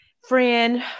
friend